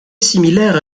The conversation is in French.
similaire